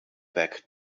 back